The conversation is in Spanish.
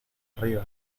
arriba